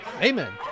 Amen